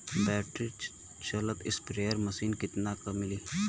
Battery चलत sprayer machine कितना क मिली?